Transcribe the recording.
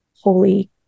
holy